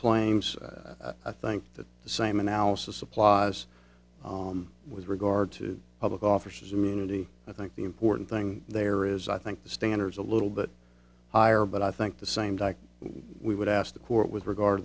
claims i think that the same analysis applies with regard to public officers immunity i think the important thing there is i think the standards a little bit higher but i think the same day we would ask the court with regard